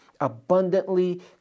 abundantly